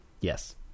Yes